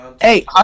Hey